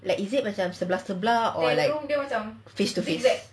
is it macam sebelah-sebelah or like face to face